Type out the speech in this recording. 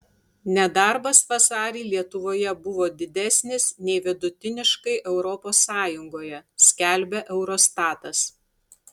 nedarbas vasarį lietuvoje buvo didesnis nei vidutiniškai europos sąjungoje skelbia eurostatas